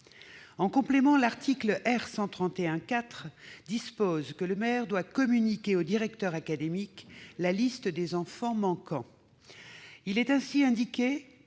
En complément, l'article R. 131-4 du même code dispose qu'il doit communiquer au directeur académique la liste des enfants manquants. Il est ainsi indiqué